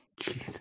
Jesus